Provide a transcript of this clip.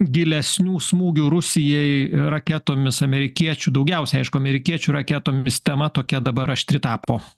gilesnių smūgių rusijai raketomis amerikiečių daugiausiai aišku amerikiečių raketomis tema tokia dabar aštri tapo